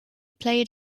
played